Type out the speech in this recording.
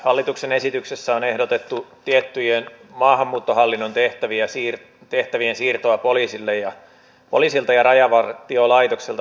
hallituksen esityksessä on ehdotettu tiettyjen maahanmuuttohallinnon tehtävien siirtoa poliisilta ja rajavartiolaitokselta maahanmuuttovirastolle